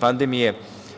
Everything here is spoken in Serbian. pandemije